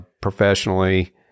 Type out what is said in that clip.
professionally